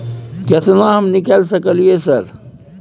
केतना हम निकाल सकलियै सर?